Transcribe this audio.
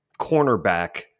cornerback